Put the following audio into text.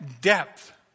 depth